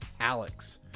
Alex